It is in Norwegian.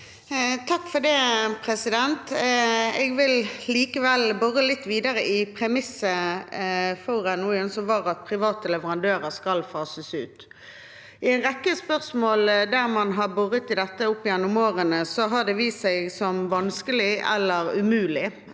(FrP) Jeg vil likevel bore litt videre i premisset for NOU-en, som var at private leverandører skal fases ut. I en rekke spørsmål der man har boret i dette opp gjennom årene, har det vist seg vanskelig eller umulig